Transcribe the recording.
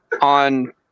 on